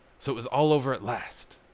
so it was all over at last!